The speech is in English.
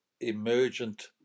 emergent